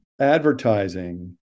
advertising